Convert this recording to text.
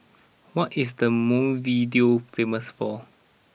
what is the Montevideo famous for